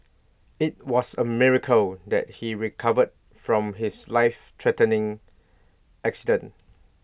IT was A miracle that he recovered from his life threatening accident